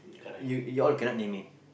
you you all cannot name it